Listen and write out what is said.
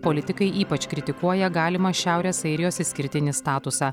politikai ypač kritikuoja galimą šiaurės airijos išskirtinį statusą